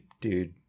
dude